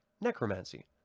Necromancy